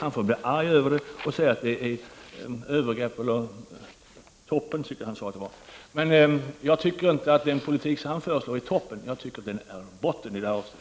Han får bli arg över det och säga att det är övergrepp. Jag tror att han sade att det var toppen. Men jag tycker inte att den politik som han bedriver är toppen, utan jag tycker den är botten i detta avseende.